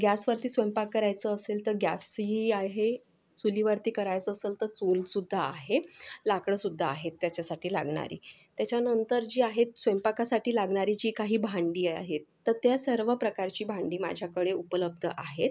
गॅसवरती स्वयंपाक करायचं असेल तर गॅसही आहे चुलीवरती करायचं असेल तर चूलसुद्धा आहे लाकडंसुद्धा आहेत त्याच्यासाठी लागणारी त्याच्यानंतर जी आहेत स्वयंपाकासाठी लागणारी जी काही भांडी आहेत तर त्या सर्व प्रकारची भांडी माझ्याकडे उपलब्ध आहेत